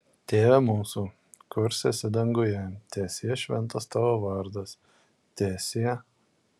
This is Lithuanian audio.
tėve mūsų kurs esi danguje teesie šventas tavo vardas teesie